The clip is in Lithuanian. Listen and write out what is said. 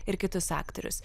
ir kitus aktorius